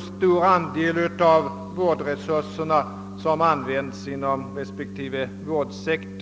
stor del av vårdresurserna som tas i anspråk inom respektive vårdsektor.